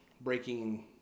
breaking